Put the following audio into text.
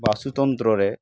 ᱵᱟᱥᱛᱩ ᱛᱚᱱᱛᱨᱚ ᱨᱮ